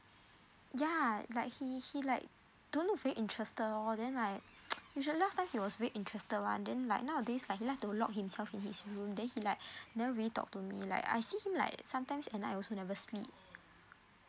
yeah like he he like don't know very interested all then like usually last time he was very interested [one] then like nowadays like he like to lock himself in his room then he like never really talk to me like I see him like sometimes and I also never sleep